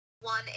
One